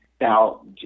Now